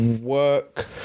work